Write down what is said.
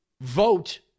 vote